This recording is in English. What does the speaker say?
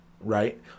right